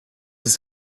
ist